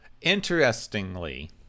interestingly